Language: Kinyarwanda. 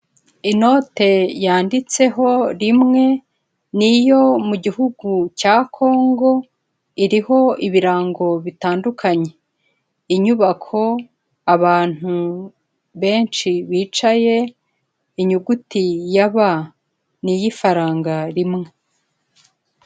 Inote yanditseho rimwe, ni iyo mu gihugu cya Kongo, iriho ibirango bitandukanye: inyubako, abantu benshi bicaye, inyuguti ya ba, ni iy'ifaranga rimwe.